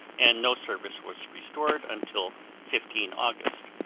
and no service was restored until fifteen august.